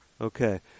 okay